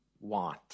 want